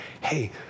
hey